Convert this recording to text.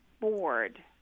bored